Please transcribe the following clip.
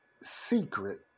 secret